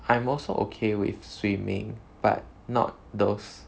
I'm also okay with swimming but not those